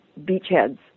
beachheads